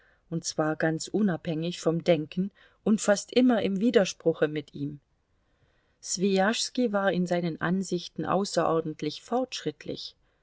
und zwar ganz unabhängig vom denken und fast immer im widerspruche mit ihm swijaschski war in seinen ansichten außerordentlich fortschrittlich